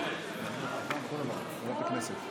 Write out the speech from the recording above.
עברה בקריאה טרומית.